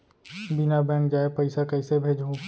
बिना बैंक जाए पइसा कइसे भेजहूँ?